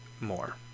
more